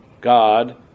God